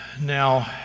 Now